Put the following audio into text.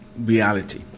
reality